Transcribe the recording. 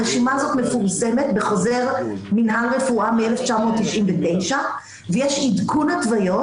הרשימה הזאת מפורסמת בחוזר מינהל רפואה מ-1999 ויש עדכון התוויות